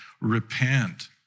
repent